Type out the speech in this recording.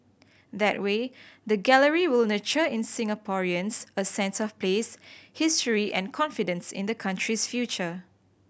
that way the gallery will nurture in Singaporeans a sense of place history and confidence in the country's future